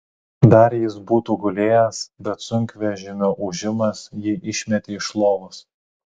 dar jis būtų gulėjęs bet sunkvežimio ūžimas jį išmetė iš lovos